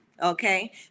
okay